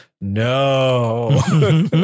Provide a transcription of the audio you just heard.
No